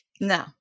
No